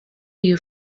you